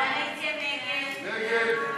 ההסתייגות של חברת הכנסת רויטל סויד לסעיף 15 לא נתקבלה.